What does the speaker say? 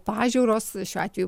pažiūros šiuo atveju